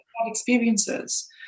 experiences